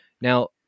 Now